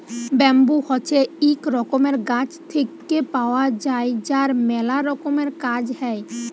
bamboo হছে ইক রকমের গাছ থেক্যে পাওয়া যায় যার ম্যালা রকমের কাজ হ্যয়